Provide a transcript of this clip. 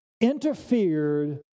interfered